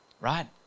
Right